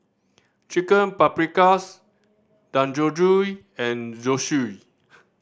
Chicken Paprikas Dangojiru and Zosui